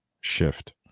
shift